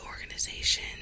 organization